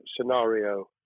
scenario